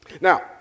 Now